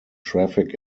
traffic